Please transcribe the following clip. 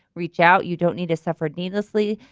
reach out. you don't need to suffer needlessly.